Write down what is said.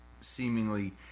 seemingly